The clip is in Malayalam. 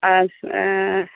ആ